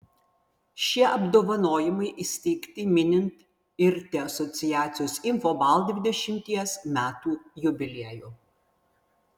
šie apdovanojimai įsteigti minint irti asociacijos infobalt dvidešimties metų jubiliejų